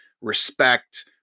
respect